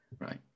right